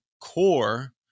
core